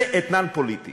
זה אתנן פוליטי